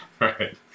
Right